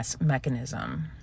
mechanism